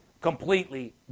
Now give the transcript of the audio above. completely